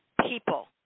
people